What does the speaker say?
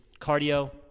cardio